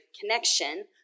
connection